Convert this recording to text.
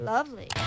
Lovely